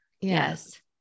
Yes